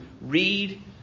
read